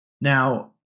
Now